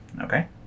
Okay